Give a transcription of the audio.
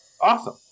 Awesome